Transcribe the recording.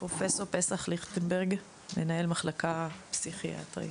פרופסור פסח ליכטנברג, מנהל מחלקה פסיכיאטרית,